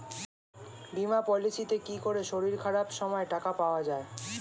বীমা পলিসিতে কি করে শরীর খারাপ সময় টাকা পাওয়া যায়?